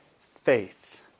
faith